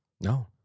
No